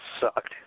sucked